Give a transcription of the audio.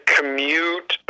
commute